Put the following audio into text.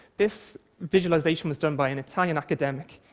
this visualization was done by an italian academic.